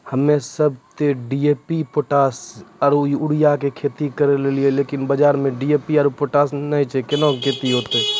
हम्मे सब ते डी.ए.पी पोटास आरु यूरिया पे खेती करे रहियै लेकिन बाजार मे डी.ए.पी आरु पोटास नैय छैय कैना खेती होते?